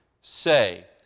say